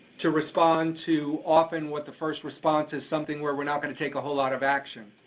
to respond to often what the first response is something where we're not gonna take a whole lot of action.